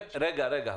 רגע, רגע.